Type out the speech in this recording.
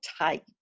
tight